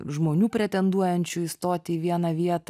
žmonių pretenduojančių įstoti į vieną vietą